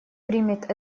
примет